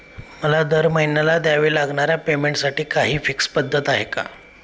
मला दरमहिन्याला द्यावे लागणाऱ्या पेमेंटसाठी काही फिक्स पद्धत आहे का?